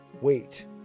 wait